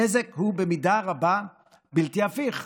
הנזק היא במידה רבה בלתי הפיך.